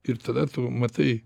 ir tada tu matai